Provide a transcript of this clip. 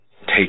take